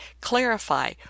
clarify